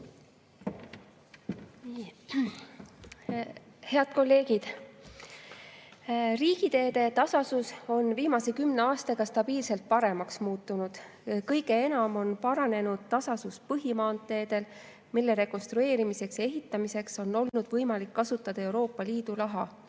Head kolleegid! "Teede tasasus on viimase kümne aastaga stabiilselt paremaks muutunud: kõige enam on paranenud tasasus põhimaanteedel, mille rekonstrueerimiseks ja ehitamiseks on olnud võimalik kasutada Euroopa Liidu raha.